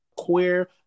queer